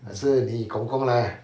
还是你公公来 ah